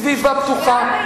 סביבה פתוחה.